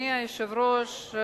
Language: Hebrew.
אדוני היושב-ראש,